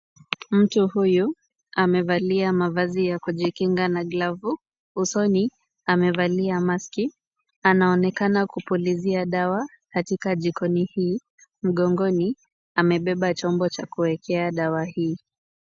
Mtu huyu amevalia mavazi ya kujikinga na glavu. Usoni amevalia maski . Anaonekana kupulizia dawa katika jikoni hii. Mgongoni amebeba chombo cha kuwekea dawa hii.